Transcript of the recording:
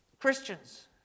Christians